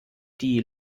die